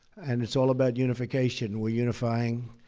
and it's all about unification. we're unifying